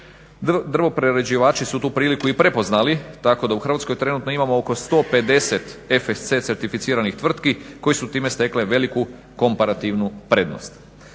Drvoprerađivači su tu priliku i prepoznali tako da u Hrvatskoj trenutno imamo oko 150 FSC certificiranih tvrtki koji su time stekli veliku komparativnu prednost.